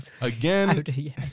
Again